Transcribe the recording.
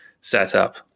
setup